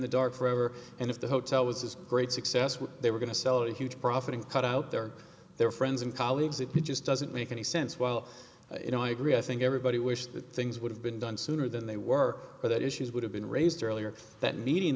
the dark forever and if the hotel was this great success when they were going to sell a huge profit and cut out their their friends and colleagues it just doesn't make any sense well you know i agree i think everybody wished that things would have been done sooner than they work but that issues would have been raised earlier that meeting